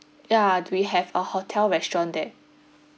yeah d~ we have a hotel restaurant there